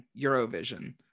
Eurovision